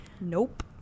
Nope